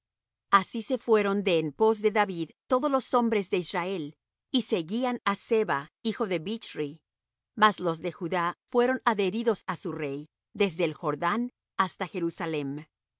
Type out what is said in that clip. así se fueron de en pos de david todos los hombres de israel y seguían á seba hijo de bichri mas los de judá fueron adheridos á su rey desde el jordán hasta jerusalem